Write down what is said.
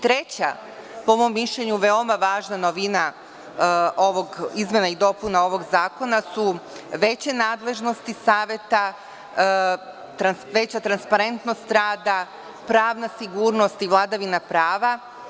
Treća po mom mišljenju veoma važna novina izmena i dopuna ovog zakona su veće nadležnosti saveta, veća transparentnost rada, pravna sigurnost i vladavina prava.